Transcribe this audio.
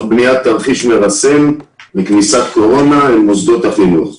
בנית תרחיש מרסן לכניסת קורונה אל מוסדות החינוך.